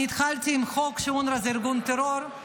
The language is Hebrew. אני התחלתי עם חוק שאונר"א זה ארגון טרור,